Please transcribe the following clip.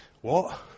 What